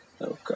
Okay